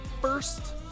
first